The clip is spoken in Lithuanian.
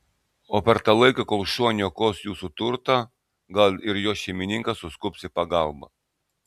o per tą laiką kol šuo niokos jūsų turtą gal ir jo šeimininkas suskubs į pagalbą